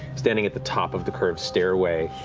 standing at the top of the curved stairway,